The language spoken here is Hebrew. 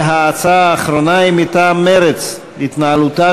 וההצעה האחרונה היא מטעם מרצ: התנהלותה